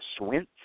Swint